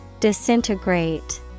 Disintegrate